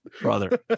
brother